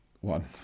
One